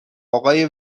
آقای